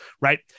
right